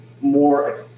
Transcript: more